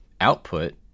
output